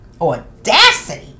audacity